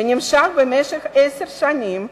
שנמשך עשר שנים,